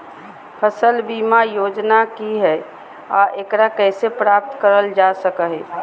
फसल बीमा योजना की हय आ एकरा कैसे प्राप्त करल जा सकों हय?